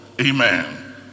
Amen